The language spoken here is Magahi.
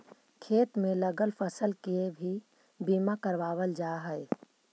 खेत में लगल फसल के भी बीमा करावाल जा हई